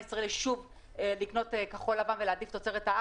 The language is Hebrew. אם אתם רואים שבתי חולים וקופות חולים עושים מעקפים גם אנחנו